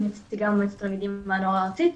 נציגת מועצת תלמידים והנוער הארצית.